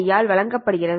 all வழங்கப்படுகிறது